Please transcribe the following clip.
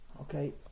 Okay